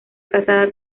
casada